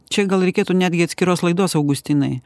čia gal reikėtų netgi atskiros laidos augustinai